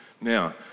Now